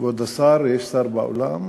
כבוד השר יש שר באולם?